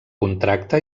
contracte